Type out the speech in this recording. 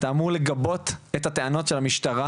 אתה אמור לגבות את הטענות של המשטרה,